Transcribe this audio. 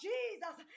Jesus